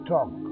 Talk